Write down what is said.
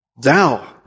Thou